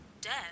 Dead